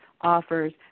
offers